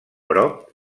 broc